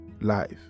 life